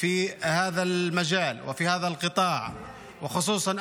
באיזו שליחות ביטחונית, מדינית, כלכלית,